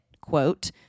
quote